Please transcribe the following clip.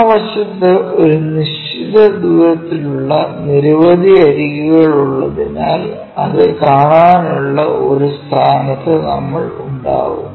ആ വശത്ത് ഒരു നിശ്ചിത ദൂരത്തിലുള്ള നിരവധി അരികുകളുള്ളതിനാൽ അത് കാണാനുള്ള ഒരു സ്ഥാനത്ത് നമ്മൾ ഉണ്ടാകും